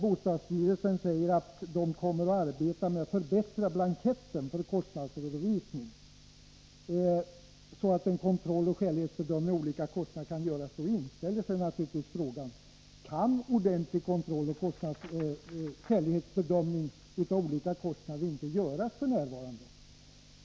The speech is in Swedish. Bostadsstyrelsen säger att man kommer att arbeta med att förbättra blanketter för kostnadsredovisning, så att kontroll och skälighetsbedömning av olika kostnader kan göras. Då inställer sig naturligtvis frågan: Kan ordentlig kontroll och skälighetsbedömning av olika kostnader inte göras f. n.?